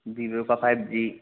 Vivo का five जी